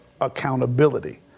accountability